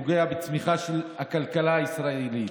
זה פוגע בצמיחה של הכלכלה הישראלית.